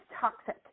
toxic